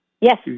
Yes